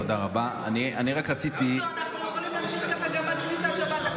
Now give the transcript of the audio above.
בוסו, אנחנו יכולים להמשיך ככה גם עד כניסת שבת.